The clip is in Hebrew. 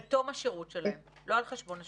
בתום השירות שלם, לא על חשבון השירות.